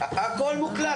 הכול מוקלט.